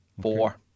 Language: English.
Four